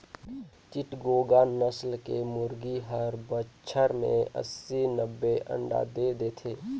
चिटगोंग नसल के मुरगी हर बच्छर में अस्सी, नब्बे अंडा दे देथे